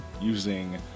using